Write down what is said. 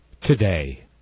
today